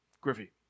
Griffey